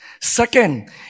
Second